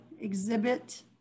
Exhibit